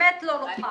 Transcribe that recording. באמת לא נוחה.